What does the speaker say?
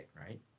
right